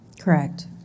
Correct